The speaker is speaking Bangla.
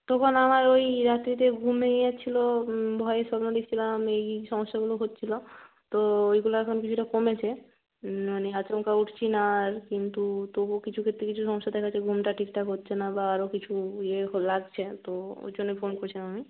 তখন আমার ওই রাত্রিতে ঘুম ভেঙে যাচ্ছিল ভয়ের স্বপ্ন দেখছিলাম এই এই সমস্যাগুলো হচ্ছিল তো এইগুলো এখন কিছুটা কমেছে মানে আচমকা উঠছি না আর কিন্তু তবুও কিছু ক্ষেত্রে কিছু সমস্যা দেখা যাচ্ছে ঘুমটা ঠিকঠাক হচ্ছে না বা আরও কিছু ইয়ে লাগছে তো ওই জন্যই ফোন করেছিলাম আমি